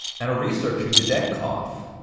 and a researcher, didenkov,